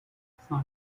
cinq